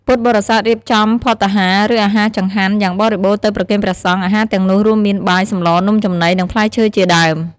ពុទ្ធបរិស័ទរៀបចំភត្តាហារ ឬអាហារចង្ហាន់ យ៉ាងបរិបូណ៌ទៅប្រគេនព្រះសង្ឃ អាហារទាំងនោះរួមមានបាយ សម្ល នំចំណី និងផ្លែឈើជាដើម។